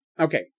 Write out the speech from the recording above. Okay